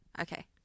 Okay